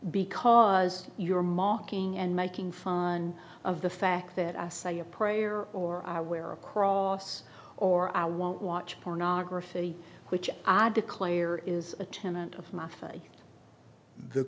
because you're mocking and making fun of the fact that i say a prayer or i wear a cross or i won't watch pornography which i declare is a tenant of my faith the